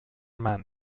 man